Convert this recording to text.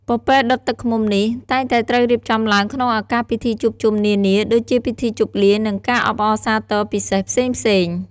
ពពែដុតទឹកឃ្មុំនេះ តែងតែត្រូវរៀបចំឡើងក្នុងឱកាសពិធីជួបជុំនានា ដូចជាពិធីជប់លៀង និងការអបអរសាទរពិសេសផ្សេងៗ។